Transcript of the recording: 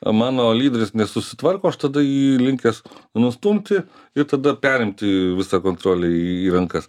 mano lyderis nesusitvarko aš tada jį linkęs nustumti ir tada perimti visą kontrolę į rankas